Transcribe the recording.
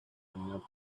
running